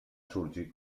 sorgir